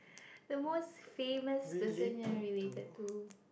the most famous person you are related to